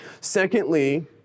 Secondly